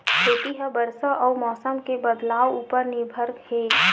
खेती हा बरसा अउ मौसम के बदलाव उपर निर्भर हे